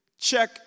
check